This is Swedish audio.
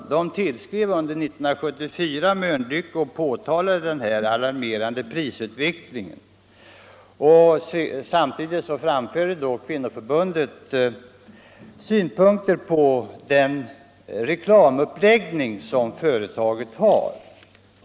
Förbundet tillskrev under 1974 Mölnlycke och påtalade den alarmerande prisutvecklingen, och samtidigt framförde förbundet synpunkter på den reklamuppläggning som företaget har.